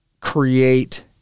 create